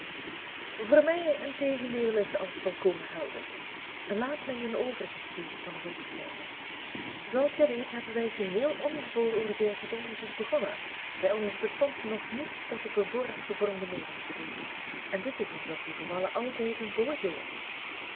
voor mij integendeel is alles volkomen helder laat mij u een overzicht geven van de hoofdfeiten zooals gij weet hebben wij geheel onbevooroordeeld het onderzoek begonnen bij ons bestond nog niets dat op een vooraf gevormde meening geleek en dit is in zulke gevallen altijd een voordeel